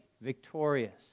victorious